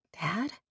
Dad